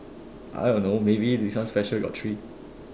I don't know maybe become special got three